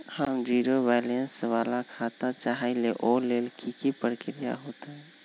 हम zero balance वाला खाता चाहइले वो लेल की की प्रक्रिया होतई?